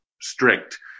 strict